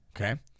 okay